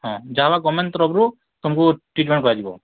ହଁ ଯାହା ହେବା ଗଭର୍ଣ୍ଣମେଣ୍ଟ୍ ତରଫରୁ ତୁମକୁ ଟ୍ରିଟମେଣ୍ଟ୍ କରାଯିବ